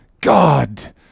God